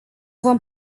vom